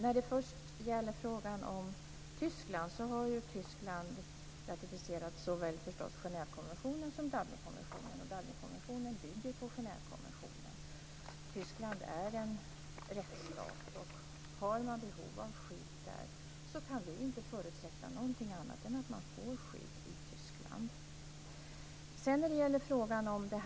Fru talman! Tyskland har ratificerat såväl Genèvekonventionen som Dublinkonventionen, och Dublinkonventionen bygger på Genèvekonventionen. Tyskland är en rättsstat. Har man behov av skydd där kan vi inte förutsätta någonting annat än att man får skydd i Tyskland.